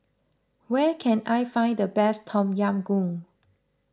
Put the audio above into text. where can I find the best Tom Yam Goong